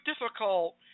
difficult